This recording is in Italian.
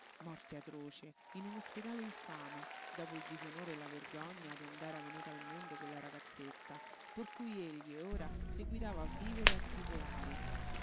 morte atroce in un ospedale infame dopo il disonore e la vergogna dond'era venuta al mondo quella ragazzetta per cui egli ora seguitava a vivere e a tribolare